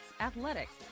athletics